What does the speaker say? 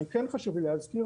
חשוב לי להזכיר,